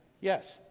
Yes